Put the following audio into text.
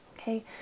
okay